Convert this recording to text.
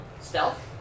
Stealth